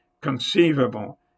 conceivable